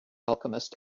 alchemist